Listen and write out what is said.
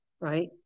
right